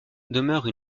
demeure